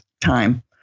time